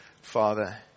Father